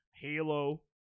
Halo